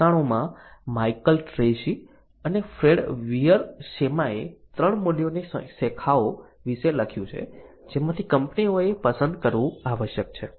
1997 માં Michael Treacy અને Fred વિયરસેમાએ 3 મૂલ્યની શાખાઓ વિશે લખ્યું છે જેમાંથી કંપનીઓએ પસંદ કરવું આવશ્યક છે